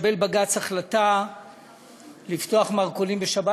מקבל בג"ץ החלטה לפתוח מרכולים בשבת